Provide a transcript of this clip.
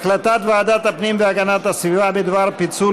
החלטת ועדת הפנים והגנת הסביבה בדבר פיצול